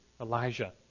Elijah